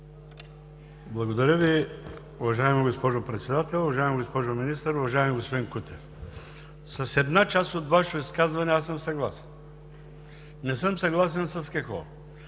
Благодаря Ви, уважаема госпожо Председател. Уважаема госпожо Министър! Уважаеми господин Кутев, с една част от Вашето изказване аз съм съгласен. Не съм съгласен с какво?